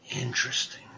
Interesting